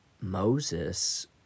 Moses